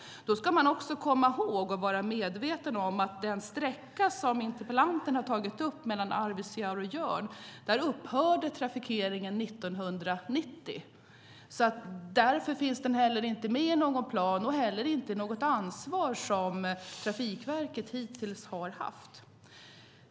Då ska man också komma ihåg och vara medveten om att på den sträcka som interpellanten har tagit upp, mellan Arvidsjaur och Jörn, upphörde trafikeringen 1990. Därför finns den heller inte med i någon plan och heller inte som något ansvar som Trafikverket hittills har haft.